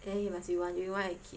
then you must be wondering why I keep